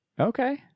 Okay